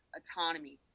autonomy